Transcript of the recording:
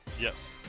Yes